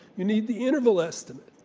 you need the interval estimate.